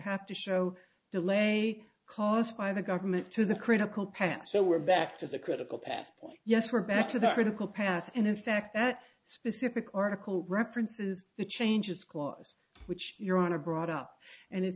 have to show delay caused by the government to the critical path so we're back to the critical path yes we're back to the critical path and in fact that specific article references the changes clause which you're on to brought up and it